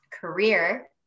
career